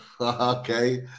okay